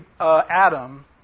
Adam